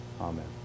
amen